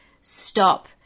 stop